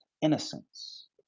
innocence